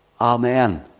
amen